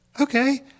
Okay